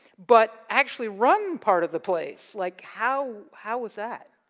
but actually run part of the place. like, how how was that?